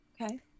Okay